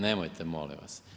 Nemojte molim vas.